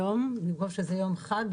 למרות שזה יום חג,